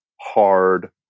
hard